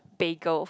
bagel